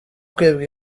kwibwa